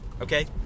okay